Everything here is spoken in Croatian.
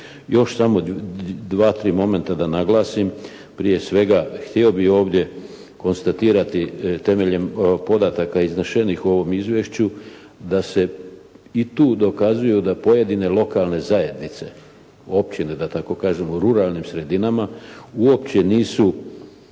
Još samo dva-tri momenta da naglasim. Prije svega htio bih ovdje konstatirati temeljem podataka iznešenih u ovom izvješću da se i tu dokazuju da pojedine lokalne zajednice, općine da tako kažem, u ruralnim sredinama uopće nisu